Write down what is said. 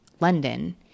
London